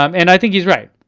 um and i think he's right.